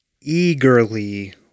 eagerly